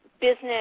business